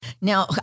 Now